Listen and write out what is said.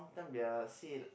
sometime there are a seal